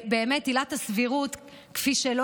באמת, עילת הסבירות, כפי שלא